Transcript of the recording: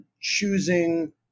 choosing